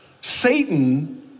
Satan